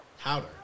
Powder